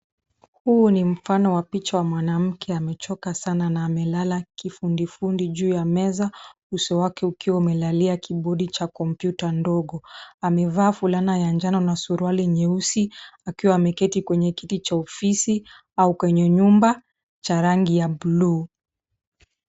Huu ni mfano wa picha wa mwanamke amechoka sana na amelala kifundi fundi juu ya meza uso wake ukiwa umelallia kibodi cha komputa dongo. Amevaa fulana ya njano na suruwali nyeusi akiwa ameketi kwenye kiti cha ofisi au kwenye nyumba cha rangi ya blue .